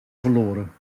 verloren